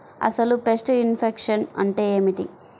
అసలు pest infection అంటే ఏమిటి?